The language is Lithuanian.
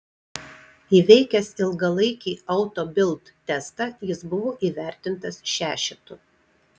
įveikęs ilgalaikį auto bild testą jis buvo įvertintas šešetu